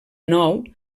nou